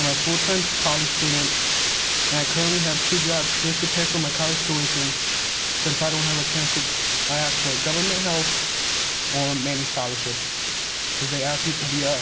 i'm a full-time college student and i currently have two jobs just to pay for my college tuition since i don't have a chance to i asked for ah government help or many scholarships because they ask you to be ah